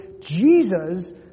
Jesus